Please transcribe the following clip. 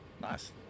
nice